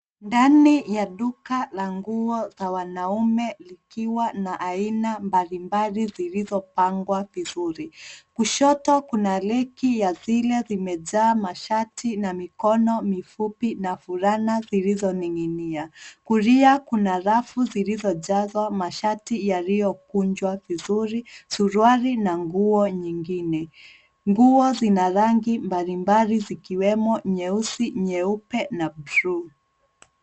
Ndani ya duka la nguo za wanaume likiwa na aina mbalimbali zilizopangwa vizuri. Kushoto kuna reki ya zile zimejaa mashati na mikono mifupi na fulana zilizoning'inia. Kulia kuna rafu zilizojazwa shati yaliyokunjwa vizuri, suruali na nguo nyingine. Nguo zina rangi mbalimbali ikiwemo nyeusi, nyeupe na blue .